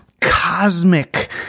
cosmic